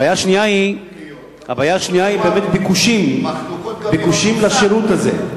הבעיה השנייה היא ביקושים לשירות הזה.